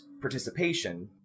participation